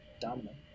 dominant